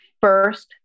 first